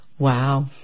Wow